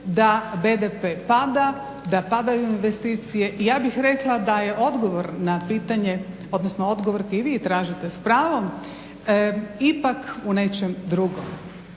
da BDP pada, da padaju investicije i ja bih rekla da je odgovor na pitanje, odnosno odgovor i vi tražite s pravom ipak u nečem drugom.